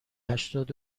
هشتاد